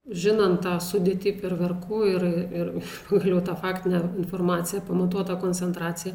žinant tą sudėtį ferverkų ir ir pagaliau tą faktinę informaciją pamatuotą koncentraciją